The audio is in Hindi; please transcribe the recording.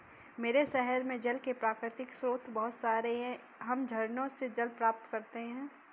मेरे शहर में जल के प्राकृतिक स्रोत बहुत सारे हैं हम झरनों से जल प्राप्त करते हैं